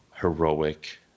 heroic